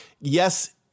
yes